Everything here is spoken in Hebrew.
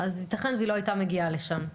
ייתכן שהיא לא הייתה מגיעה לשם.